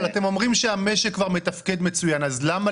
אבל אתם אומרים שהמשק כבר מתפקד מצוין אז למה